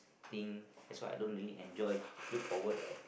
I think that's why I don't really enjoy look forward or